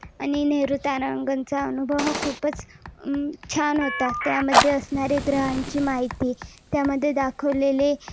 आणि नेहरू तारांगणचा अनुभव हा खूपच छान होता त्यामध्ये असणारे ग्रहांची माहिती त्यामध्ये दाखवलेले